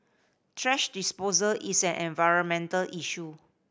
thrash disposal is an environmental issue